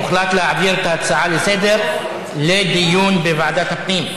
הוחלט להעביר את ההצעה לסדר-היום לדיון בוועדת הפנים.